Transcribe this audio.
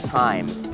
times